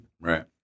Right